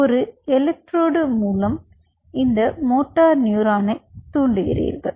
நீங்கள் ஒரு எலக்ட்ரோடு மூலம் மோட்டார் நியூரானைத் தூண்டுகிறீர்கள்